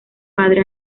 padre